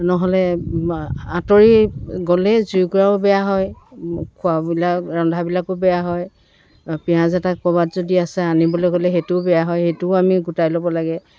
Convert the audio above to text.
নহ'লে আঁতৰি গ'লেই জুইকোৰাও বেয়া হয় খোৱাবিলাক ৰন্ধাবিলাকো বেয়া হয় পিঁয়াজ এটা ক'ৰবাত যদি আছে আনিবলৈ গ'লে সেইটোও বেয়া হয় সেইটোও আমি গোটাই ল'ব লাগে